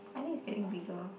I think it's getting bigger